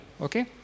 Okay